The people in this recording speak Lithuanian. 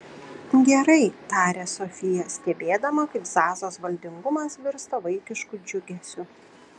gerai tarė sofija stebėdama kaip zazos valdingumas virsta vaikišku džiugesiu